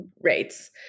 rates